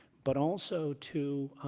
but also to